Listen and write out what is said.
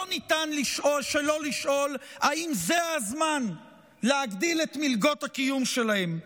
לא ניתן שלא לשאול אם זה הזמן להגדיל את מלגות הקיום שלהם.